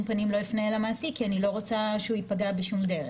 פנים לא יפנה למעסיק כי אני לא רוצה שהוא ייפגע בשום דרך.